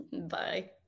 Bye